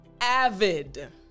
Avid